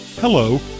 Hello